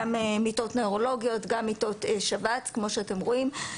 גם מיטות שבץ כמו שאתם רואים,